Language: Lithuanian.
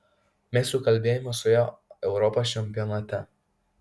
mes jau kalbėjome su juo europos čempionate